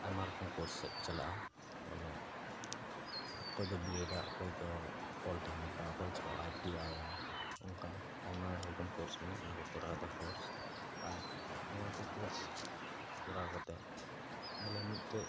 ᱟᱭᱢᱟ ᱨᱚᱠᱚᱢ ᱠᱳᱨᱥ ᱥᱮᱫ ᱠᱚ ᱪᱟᱞᱟᱜᱼᱟ ᱵᱚᱞᱮ ᱚᱠᱚᱭ ᱫᱚ ᱵᱤᱭᱮᱰᱟ ᱚᱠᱚᱭ ᱫᱚᱠᱚ ᱯᱚᱞᱮᱴᱮᱠᱱᱤᱠᱟ ᱚᱠᱚᱭᱪᱚ ᱟᱭ ᱴᱤ ᱟᱭᱟ ᱚᱱᱠᱟ ᱟᱭᱢᱟ ᱨᱚᱠᱚᱢ ᱠᱳᱨᱥ ᱢᱮᱱᱟᱜᱼᱟ ᱚᱱᱟ ᱠᱚ ᱠᱚᱨᱟᱣ ᱫᱚᱦᱚ ᱟᱨ ᱱᱚᱣᱟ ᱠᱚ ᱠᱳᱨᱥ ᱠᱚᱨᱟᱣ ᱠᱟᱛᱮᱫ ᱵᱚᱞᱮ ᱢᱤᱫᱴᱮᱱ